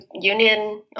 union